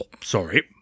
Sorry